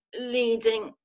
leading